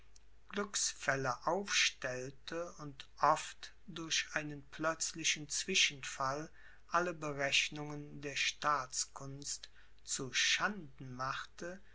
glückswechsel aufstellte und oft durch einen plötzlichen zwischenfall alle berechnungen der staatskunst zu schanden machte